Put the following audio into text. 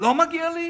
לא מגיע לי?